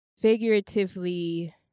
figuratively